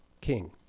king